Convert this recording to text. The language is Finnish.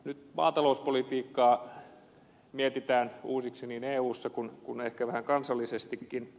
nyt maatalouspolitiikkaa mietitään uusiksi niin eussa kuin ehkä vähän kansallisestikin